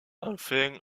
enfin